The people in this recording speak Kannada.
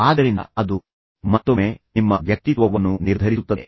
ಆದ್ದರಿಂದ ಅದು ಮತ್ತೊಮ್ಮೆ ನಿಮ್ಮ ವ್ಯಕ್ತಿತ್ವವನ್ನು ನಿರ್ಧರಿಸುತ್ತದೆ